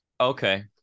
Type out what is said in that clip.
Okay